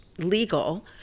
legal